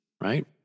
right